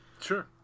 Sure